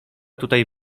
tutaj